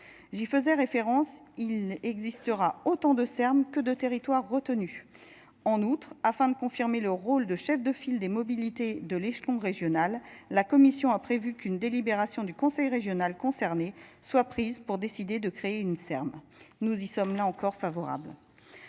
j'y faisais référence, il existera autant de Serbes que de territoire retenus en outre, afin de confirmer le rôle de chef de file des mobilités de l'échelon régional. La Commission a prévu qu'une délibération du Conseil régional concerné soit prise pour décider de créer une M. nous y sommes là encore favorables.